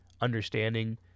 understanding